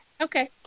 Okay